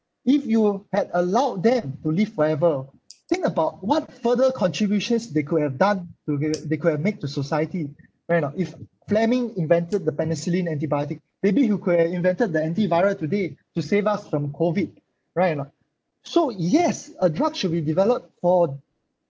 if you had allowed them to live forever think about what further contributions they could have done to get they could have made to society right or not if fleming invented the penicillin antibiotic maybe he could have invented the antiviral today to save us from COVID right or not so yes a drug should be developed for